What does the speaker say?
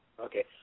Okay